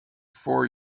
for